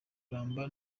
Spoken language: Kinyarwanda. kuramba